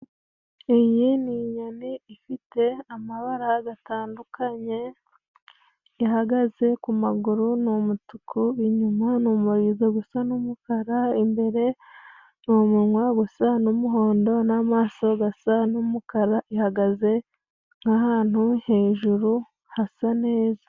Iyi ni inyoni ifite amabara gatandukanye ihagaze, ku maguru ni umutuku, inyuma ni umurizo gusa n'umukara, imbere ni umunnwa gusa n'umuhondo, n'amaso gasa n'umukara, ihagaze nk'ahantu hejuru hasa neza.